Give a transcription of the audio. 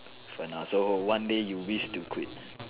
do for now so one day you wish to quit